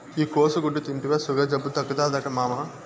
ఈ కోసుగడ్డ తింటివా సుగర్ జబ్బు తగ్గుతాదట మామా